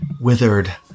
withered